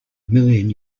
million